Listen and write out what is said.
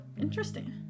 interesting